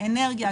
אנרגיה,